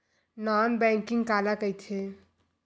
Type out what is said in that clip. Non banking काला कइथे?